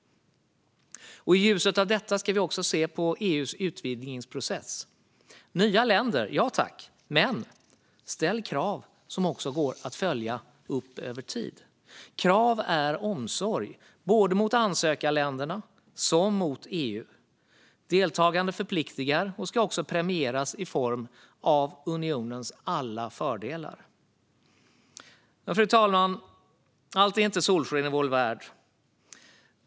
I ljuset av detta ska vi se på EU:s utvidgningsprocess. Nya länder, ja tack, men ställ krav som går att följa upp över tid! Krav är omsorg, både mot ansökarländerna och mot EU. Deltagande förpliktar och ska också premieras i form av unionens alla fördelar. Fru talman! Allt är inte solsken i vår värld.